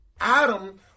Adam